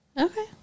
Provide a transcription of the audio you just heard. Okay